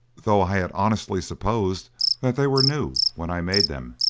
though i had honestly supposed that they were new when i made them.